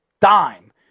dime